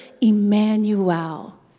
Emmanuel